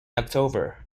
october